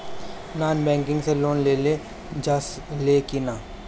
Non banking से loan लेल जा ले कि ना?